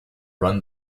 run